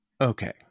Okay